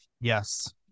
Yes